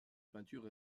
peinture